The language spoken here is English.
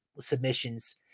submissions